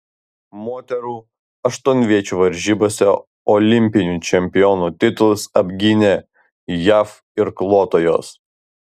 moterų aštuonviečių varžybose olimpinių čempionių titulus apgynė jav irkluotojos